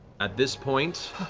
at this point,